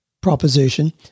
proposition